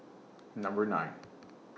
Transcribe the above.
Number nine